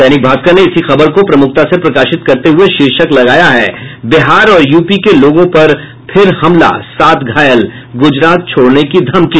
दैनिक भास्कर ने इसी खबर को प्रमुखता से प्रकाशित करते हुये शीर्षक लगाया है बिहार और यूपी के लोगों पर फिर हमला सात घायल गुजरात छोड़ने की धमकी